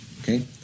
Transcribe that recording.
Okay